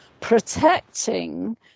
protecting